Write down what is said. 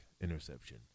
interception